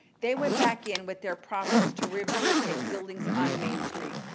they went back in with their profits to rehabilitate buildings on main street.